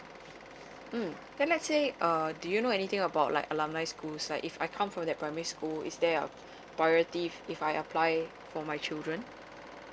mm let~ let's say uh do you know anything about like alumni school like if I come from that primary school is there a priority if if I apply for my children